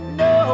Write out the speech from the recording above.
no